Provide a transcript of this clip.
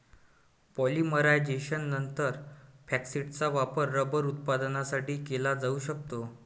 पॉलिमरायझेशननंतर, फॅक्टिसचा वापर रबर उत्पादनासाठी केला जाऊ शकतो